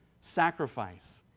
Sacrifice